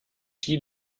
die